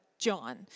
John